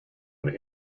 and